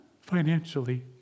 financially